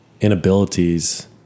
inabilities